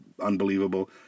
unbelievable